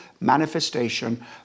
manifestation